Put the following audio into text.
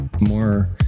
More